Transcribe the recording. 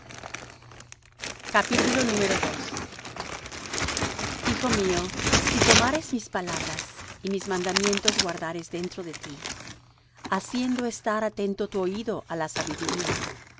hijo mío si tomares mis palabras y mis mandamientos guardares dentro de ti haciendo estar atento tu oído á la sabiduría